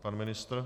Pan ministr?